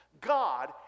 God